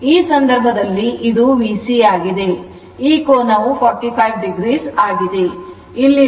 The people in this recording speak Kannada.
ಈ ಸಂದರ್ಭದಲ್ಲಿ ಇದು VC ಆಗಿದೆ ಈ ಕೋನವು 45 o ಆಗಿದೆ